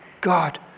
God